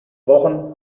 wochen